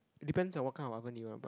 it depends on what kind of oven you want but